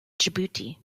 djibouti